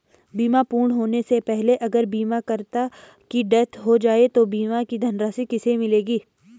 बीमा पूर्ण होने से पहले अगर बीमा करता की डेथ हो जाए तो बीमा की धनराशि किसे मिलेगी?